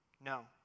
No